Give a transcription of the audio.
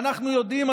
ואנחנו יודעים,